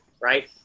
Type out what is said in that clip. right